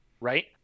right